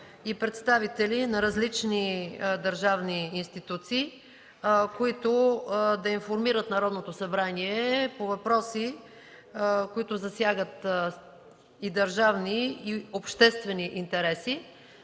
и представители на различни държавни институции, които да информират Народното събрание по въпроси, засягащи и държавни, и обществени интереси.